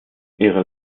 ihre